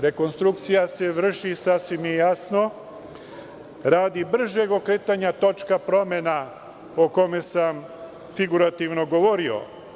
Rekonstrukcija se vrši, sasvim je jasno, radi bržeg okretanja točka promena, o kome sam figurativno govorio.